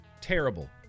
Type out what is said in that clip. Terrible